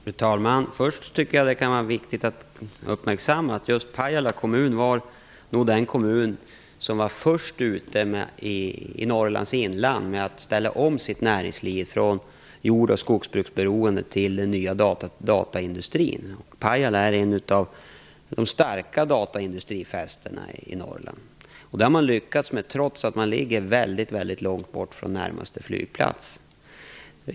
Fru talman! Först kan det vara viktigt att uppmärksamma att just Pajala kommun var den kommun i Norrlands inland som var först ute med att ställa om sitt näringsliv från jord och skogsbrukberoende till den nya dataindustrin. Pajala är en av de starka dataindustrifästena i Norrland. Det har man lyckats med trots att Pajala ligger väldigt långt bort från närmaste flygplats.